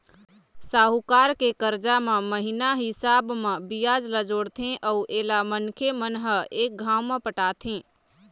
साहूकार के करजा म महिना हिसाब म बियाज ल जोड़थे अउ एला मनखे मन ह एक घांव म पटाथें